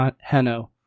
Hanno